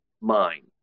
mind